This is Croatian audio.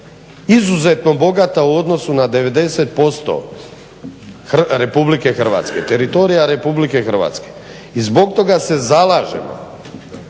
izuzetno bogata u odnosu na 90% RH, teritorija RH i zbog toga se zalažemo